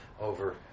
over